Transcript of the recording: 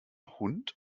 hund